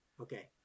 Okay